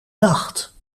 dacht